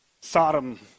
Sodom